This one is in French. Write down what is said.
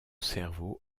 cerveau